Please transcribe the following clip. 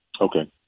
Okay